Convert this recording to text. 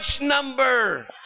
number